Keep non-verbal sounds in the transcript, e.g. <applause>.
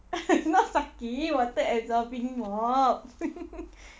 <noise> not sucking water absorbing mop <noise>